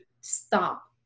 stop